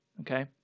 okay